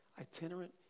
itinerant